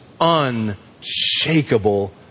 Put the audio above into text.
unshakable